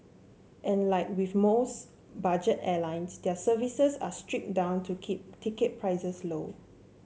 and like with most budget airlines their services are stripped down to keep ticket prices low